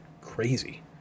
crazy